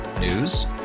News